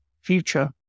future